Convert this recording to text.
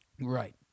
right